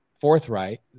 forthright